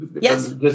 Yes